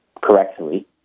correctly